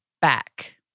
back